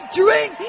drink